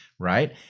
right